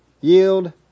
yield